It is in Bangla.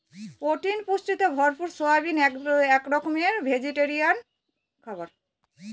প্রোটিন পুষ্টিতে ভরপুর সয়াবিন এক রকমের ভেজিটেরিয়ান খাবার